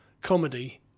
comedy